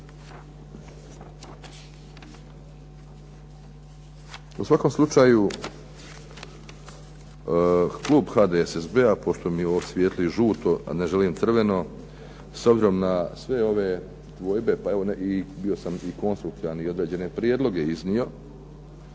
U svakom slučaju klub HDSSB-a pošto mi ovo svijetli žuto, a ne želim crveno, s obzirom na sve ove dvojbe, pa evo bio sam i konstruktivan i određene prijedlog iznio